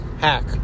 Hack